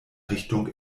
richtung